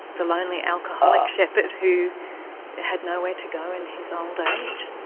the lonely alcoholic shepherd who had nowhere to go in his old age,